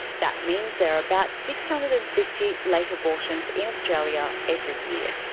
that means there are about six hundred and fifty late abortions in australia every year.